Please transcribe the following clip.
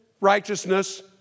righteousness